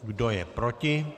Kdo je proti?